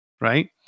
right